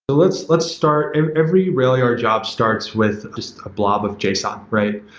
but let's let's start every railyard job starts with just a blog of json, right?